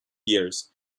years